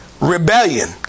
rebellion